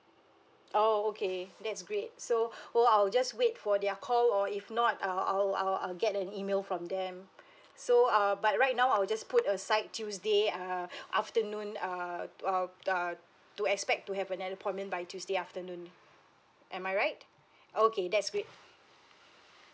orh okay that's great so well I'll just wait for their call or if not uh I'll I'll I'll get an email from them so um but right now I'll ust put aside tuesday err afternoon err uh err to expect to have an appointment by tuesday afternoon am I right okay that's great